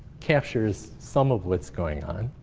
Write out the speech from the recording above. captures some of what's going on.